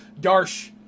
Darsh